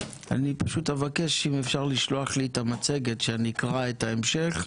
אני פשוט אבקש אם אפשר לשלוח לי את המצגת שאני אקרא את ההמשך,